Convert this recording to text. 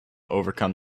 overcome